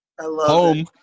home